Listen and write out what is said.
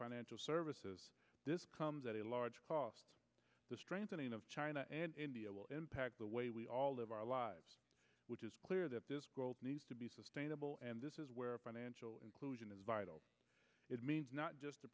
financial services this comes at a large cost the strengthening of china and india will impact the way we all live our lives which is clear that the world needs to be sustainable and this is where financial inclusion is vital it means not just the